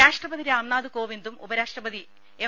രാഷ്ട്രപതി രാംനാഥ് കോവിന്ദും ഉപരാഷ്ട്രപതി എം